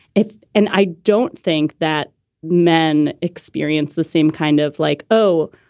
if and i don't think that men experience the same kind of like, oh,